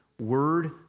word